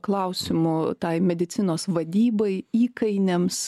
klausimų tai medicinos vadybai įkainiams